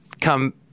come